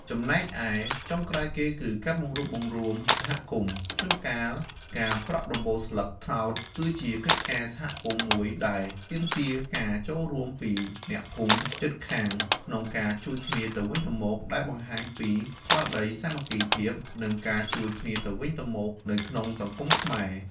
ចំណែកឯ ចុងក្រោយគឺ ការបង្រួបបង្រួមសហគមន៍: ជួនកាល ការប្រក់ដំបូលស្លឹកត្នោត គឺជាកិច្ចការសហគមន៍មួយដែលទាមទារការចូលរួមពីអ្នកភូមិជិតខាងក្នុងការជួយគ្នាទៅវិញទៅមក ដែលបង្ហាញពីស្មារតីសាមគ្គីភាព និងការជួយគ្នាទៅវិញទៅមកនៅក្នុងសង្គមខ្មែរ។